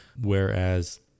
whereas